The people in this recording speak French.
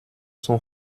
sont